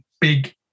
big